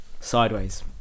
sideways